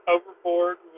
Overboard